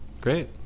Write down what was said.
great